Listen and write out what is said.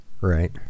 Right